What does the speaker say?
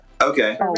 Okay